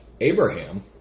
Abraham